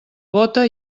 bóta